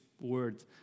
word